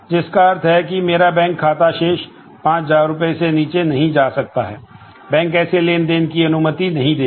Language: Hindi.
जिसका अर्थ है कि मेरा बैंक खाता शेष पाँच हज़ार रुपये से नीचे नहीं जा सकता है बैंक ऐसे लेनदेन की अनुमति नहीं देगा